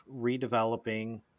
redeveloping